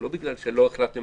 לא בגלל שלא החלטתם